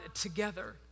together